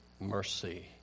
mercy